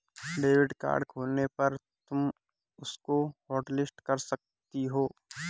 debit card खोने पर तुम उसको हॉटलिस्ट कर सकती हो